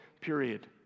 period